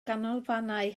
ganolfannau